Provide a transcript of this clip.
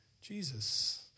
Jesus